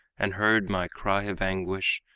and heard my cry of anguish,